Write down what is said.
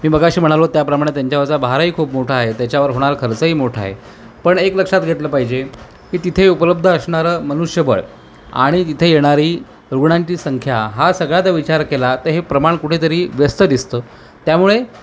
मी मगाशी म्हणालो त्याप्रमाणे त्यांच्यावरचा भारही खूप मोठा आहे त्याच्यावर होणार खर्चही मोठा आहे पण एक लक्षात घेतलं पाहिजे की तिथे उपलब्ध असणारं मनुष्यबळ आणि तिथे येणारी रुग्णांची संख्या हा सगळ्याचा विचार केला तर हे प्रमाण कुठेतरी व्यस्त दिसतं त्यामुळे